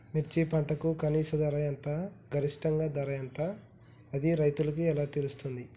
మిర్చి పంటకు కనీస ధర ఎంత గరిష్టంగా ధర ఎంత అది రైతులకు ఎలా తెలుస్తది?